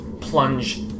plunge